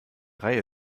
reihe